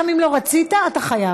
גם אם לא רצית, אתה חייב.